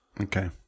Okay